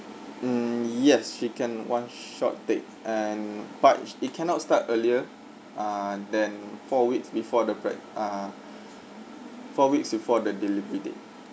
mm yes she can one shot take and but it it cannot start earlier ah than four weeks before the preg~ ah four weeks before the delivery date